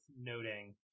noting